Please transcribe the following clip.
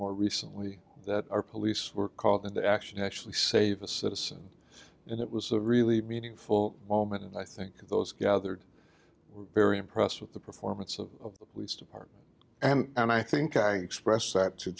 more recently that our police were called into action actually save a citizen and it was a really meaningful moment and i think those gathered we're very impressed with the performance of the police department and i think i expressed that to